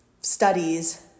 studies